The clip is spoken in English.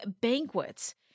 banquets